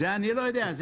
את זה אני לא יודע.